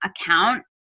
account